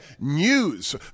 news